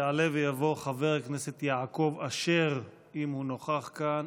יעלה ויבוא חבר הכנסת יעקב אשר, אם הוא נוכח כאן.